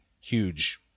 huge